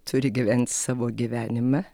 turi gyvent savo gyvenimą